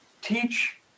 Teach